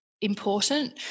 important